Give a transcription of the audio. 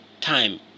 time